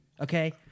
Okay